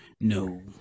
No